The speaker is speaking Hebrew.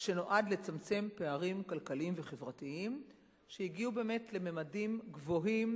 שנועד לצמצם פערים חברתיים וכלכליים שהגיעו לממדים גבוהים,